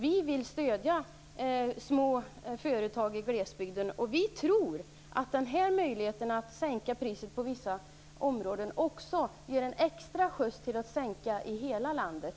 Vi vill stödja små företag i glesbygden, och vi tror att möjligheten att sänka priset på vissa områden också ger en extra skjuts till att sänka priserna i hela landet.